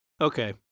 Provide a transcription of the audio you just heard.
Okay